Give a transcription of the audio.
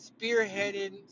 spearheaded